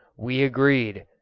we agreed,